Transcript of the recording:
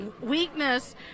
weakness